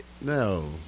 No